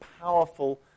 powerful